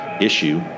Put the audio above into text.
issue